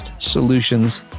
solutions